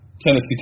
Tennessee